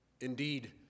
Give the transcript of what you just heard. indeed